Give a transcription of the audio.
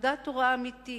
תעודת הוראה אמיתית,